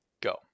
Go